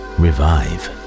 revive